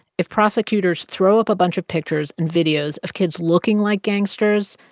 if prosecutors throw up a bunch of pictures and videos of kids looking like gangsters,